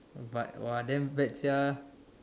uh but !wah! damn bad sia